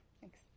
Thanks